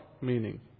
meaning